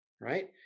Right